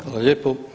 Hvala lijepo.